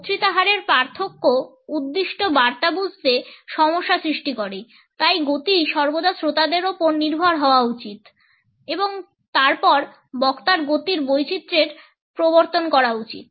বক্তৃতা হারের পার্থক্য উদ্দিষ্ট বার্তা বুঝতে সমস্যা সৃষ্টি করে তাই গতি সর্বদা শ্রোতাদের উপর নির্ভর হওয়া উচিত এবং তারপর বক্তার গতির বৈচিত্র্যের প্রবর্তন করা উচিত